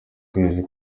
kwezi